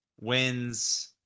Wins